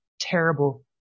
terrible